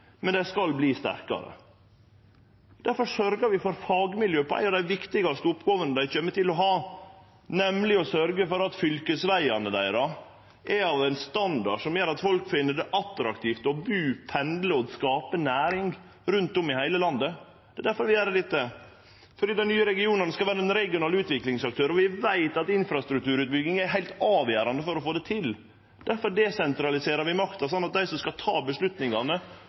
viktigaste oppgåvene dei kjem til å ha, nemleg å sørgje for at fylkesvegane deira er av ein standard som gjer at folk finn det attraktivt å bu, pendle og skape næring rundt omkring i heile landet. Det er difor vi gjer dette – fordi dei nye regionane skal vere regionale utviklingsaktørar og vi veit at infrastrukturutbygging er heilt avgjerande for å få det til. Difor desentraliserer vi makta, slik at dei som skal ta